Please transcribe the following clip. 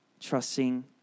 trusting